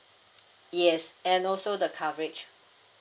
yes and also the coverage